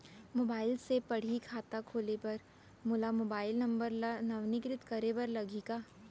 Mobile से पड़ही खाता खोले बर मोला मोबाइल नंबर ल नवीनीकृत करे बर लागही का?